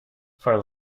for